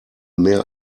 mehr